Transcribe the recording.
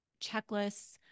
checklists